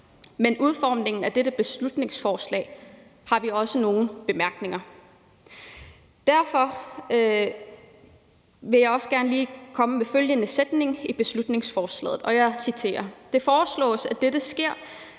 men udformningen af beslutningsforslaget har vi nogle bemærkninger til. Derfor vil jeg gerne lige komme med følgende sætning i beslutningsforslaget, og jeg citerer: »Det foreslås, at dette sker,